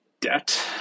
debt